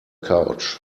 couch